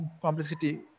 complexity